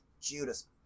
Judas